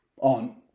on